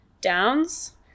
downs